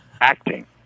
acting